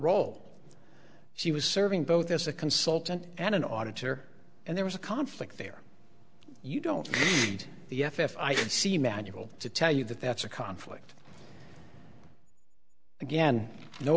role she was serving both as a consultant and an auditor and there was a conflict there you don't need the f f i see manual to tell you that that's a conflict again no